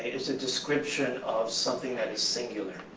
it's a description of something that is singular,